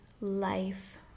life